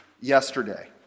yesterday